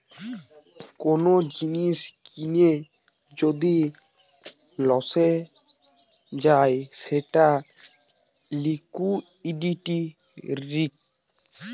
কোন জিনিস কিনে যদি লসে যায় সেটা লিকুইডিটি রিস্ক